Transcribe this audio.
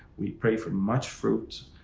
we pray for much fruit.